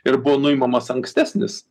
ir buvo nuimamas ankstesnis